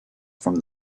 from